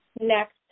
next